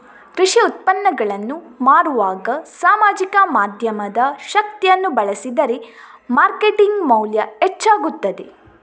ಕೃಷಿ ಉತ್ಪನ್ನಗಳನ್ನು ಮಾರುವಾಗ ಸಾಮಾಜಿಕ ಮಾಧ್ಯಮದ ಶಕ್ತಿಯನ್ನು ಬಳಸಿದರೆ ಮಾರ್ಕೆಟಿಂಗ್ ಮೌಲ್ಯ ಹೆಚ್ಚಾಗುತ್ತದೆ